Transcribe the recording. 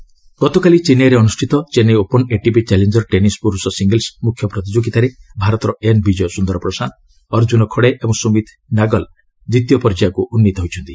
tennis ଗତକାଲି ଚେନ୍ନାଇରେ ଅନୁଷ୍ଠିତ Chennai open ATP challenger tennis ପୁରୁଷ ସିଙ୍ଗଲ୍ସର ମୁଖ୍ୟ ପ୍ରତିଯୋଗିତାରେ ଭାରତର ଏନ୍ ବିଜୟ ସୁନ୍ଦର ପ୍ରଶାନ୍ତ ଅର୍ଜ୍ଜୁନ ଖଡେ ଏବଂ ସୁମୀତ ନାଗଲ ଦ୍ୱିତୀୟ ପର୍ଯ୍ୟାୟକୁ ଉନ୍ନୀତ ହୋଇଛନ୍ତି